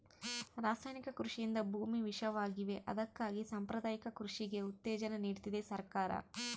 ರಾಸಾಯನಿಕ ಕೃಷಿಯಿಂದ ಭೂಮಿ ವಿಷವಾಗಿವೆ ಅದಕ್ಕಾಗಿ ಸಾಂಪ್ರದಾಯಿಕ ಕೃಷಿಗೆ ಉತ್ತೇಜನ ನೀಡ್ತಿದೆ ಸರ್ಕಾರ